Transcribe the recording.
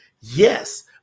Yes